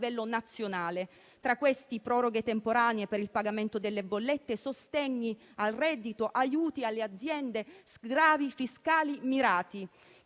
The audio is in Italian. nazionale; tra questi, proroghe temporanee per il pagamento delle bollette, sostegni al reddito, aiuti alle aziende, sgravi fiscali mirati.